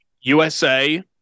USA